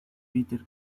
peter